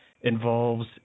involves